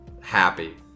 happy